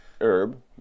herb